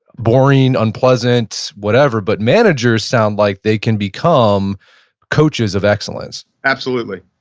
boring, unpleasant, whatever, but managers sound like they can become coaches of excellence absolutely.